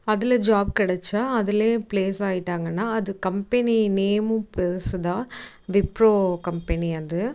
அதில் ஜாப் கிடச்சா அதுல ப்ளேஸ் ஆயிவிட்டாங்கன்னா அது கம்பெனி நேமும் பெருசு தான் விப்ரோ கம்பெனி அது